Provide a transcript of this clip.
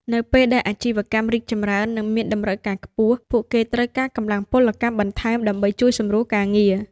នៅពេលដែលអាជីវកម្មរីកចម្រើននិងមានតម្រូវការខ្ពស់ ពួកគេត្រូវការកម្លាំងពលកម្មបន្ថែមដើម្បីជួយសម្រួលការងារ។